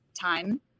time